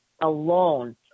alone